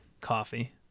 coffee